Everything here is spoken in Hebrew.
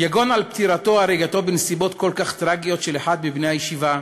יגון על פטירתו או הריגתו בנסיבות כל כך טרגיות של אחד מבני הישיבה,